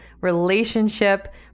Relationship